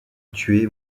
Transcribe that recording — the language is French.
tué